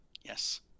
yes